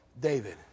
David